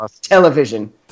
television